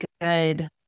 good